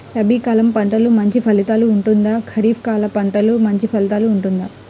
రబీ కాలం పంటలు మంచి ఫలితాలు ఉంటుందా? ఖరీఫ్ పంటలు మంచి ఫలితాలు ఉంటుందా?